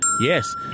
Yes